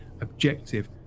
objective